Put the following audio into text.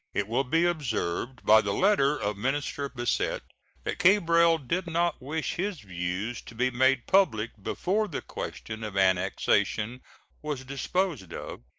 it will be observed by the letter of minister bassett that cabral did not wish his views to be made public before the question of annexation was disposed of,